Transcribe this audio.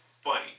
funny